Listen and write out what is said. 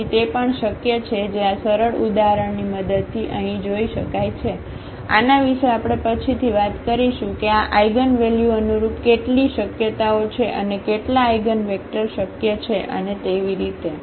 તેથી તે પણ શક્ય છે જે આ સરળ ઉદાહરણની મદદથી અહીં જોઈ શકાય છે આના વિશે આપણે પછીથી વાત કરીશું કે 1 આ આઇગનવેલ્યુ અનુરૂપ કેટલી શક્યતાઓ છે અને કેટલા આઇગનવેક્ટર શક્ય છે અને તેવી રીતે